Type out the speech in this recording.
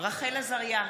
רחל עזריה,